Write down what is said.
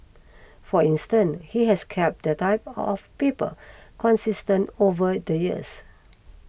for instance he has kept the type of paper consistent over the years